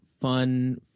fun